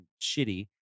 shitty